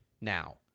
now